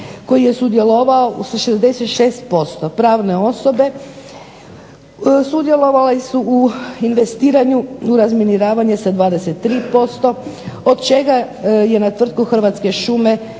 koji je sudjelovao sa 66%, pravne osobe sudjelovale su u investiranju razminiravanje sa 23%, od čega je na tvrtku Hrvatske šume